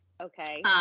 Okay